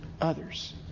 others